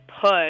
push